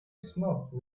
smoke